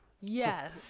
Yes